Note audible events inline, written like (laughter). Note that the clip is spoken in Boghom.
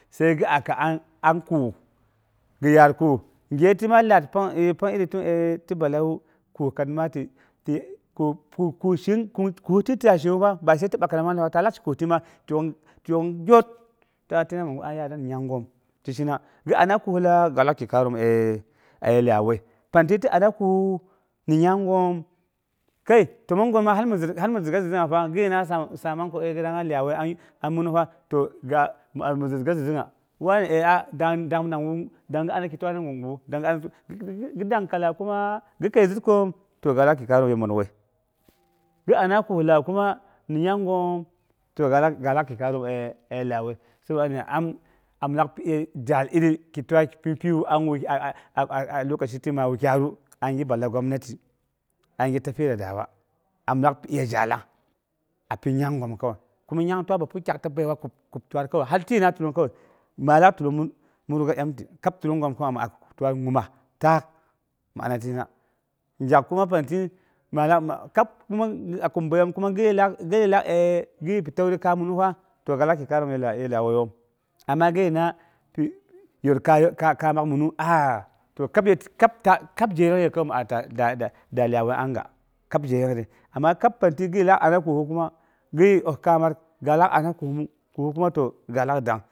Sai ghi'a ko am kuukighi yaar kuu nghetima ya lyad pang ti (hesitation) ti balawu kokari ma ti puku ti yashi wu (unintelligible) ta lak shiku tina ta ang ti ku mi yara ni nyanghon ti ghina. Ghi anang ku la, ghi lak shi karom (hesitation) aye lyawei par ti ti ana ku ni nyanghom, kai təmon ghona ma har min zərga zura pa ghina samang ko ghidangha lyawei a minupa toh ga mizutga zutdungha wani e'a ghidang wu dang ghi ami mi zut. Ghi danka lay kuma ghi kei zutko? Toh gada kikarom whei. Ghi anang khu lakuma ni nyang ghom ga zuk lyawei. Sabo mang nyin am am lak piyazhal ki iri ki twa ki piwu a lokashi ti ma wukyaru angi bala gwanati, angi tafida da'awa an lak pi'iya zhalang. A kin nyam ghom kawai. kuma nya twa bapi takta baiwa kub twal kawai hal ti bina tulung kawai maa lak tullung empty. kab tullung gwa ma kwa a taal, nyima taak mi ana tina. Ngyak kuma pang ti ma rang ma kab kuma a kin beyom kuma, ghiyi pi tauri kaminuha, toh ghi lak ta karom a ye liya wei a wueyom. Amma gina pi (hesitation) yor kamak minu ha ah toh kab tal kab jeyongyei kawai ma da lyawai anga. Ama kab pang ti lak anang kwolon ko kuma ghii'o kamarka mu toh